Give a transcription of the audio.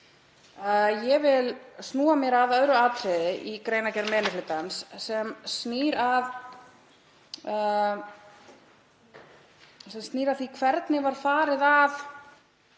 Ég vil snúa mér að öðru atriði í greinargerð meiri hlutans sem snýr að því hvernig var farið að